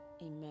Amen